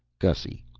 gussy,